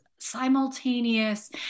simultaneous